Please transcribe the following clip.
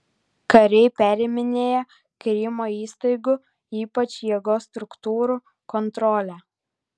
kariai periminėja krymo įstaigų ypač jėgos struktūrų kontrolę